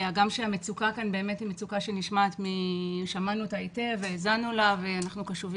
הגם שהמצוקה כאן היא מצוקה שנשמעת והאזנו לה היטב ואנחנו קשובים